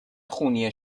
خونی